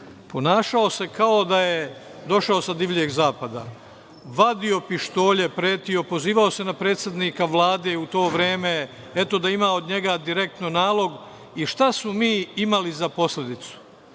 ponašao se kao da je došao sa divljeg zapada, vadio pištolje, pretio, pozivao se na predsednika Vlade u to vreme, eto da ima od njega direktan nalog. Šta smo mi imali za posledicu?